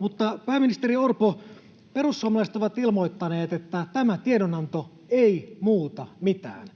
Mutta, pääministeri Orpo, perussuomalaiset ovat ilmoittaneet, että tämä tiedonanto ei muuta mitään.